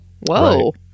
whoa